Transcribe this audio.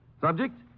Subject